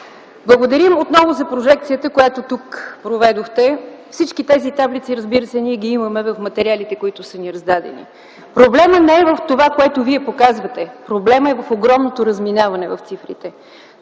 Благодарим отново за прожекцията, която тук проведохте. Всички тези таблици, разбира се, ние ги имаме в материалите, които са ни раздадени. Проблемът не е в това, което Вие показвате. Проблемът е в огромното разминаване в цифрите.